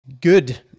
Good